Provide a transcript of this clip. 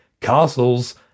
castles